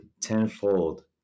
tenfold